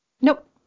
Nope